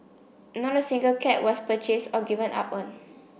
not a single cat was purchased or given up on